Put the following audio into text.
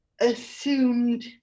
assumed